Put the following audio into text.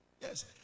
Yes